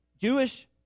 Jewish